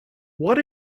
what